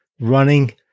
running